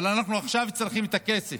אבל אנחנו עכשיו צריכים את הכסף,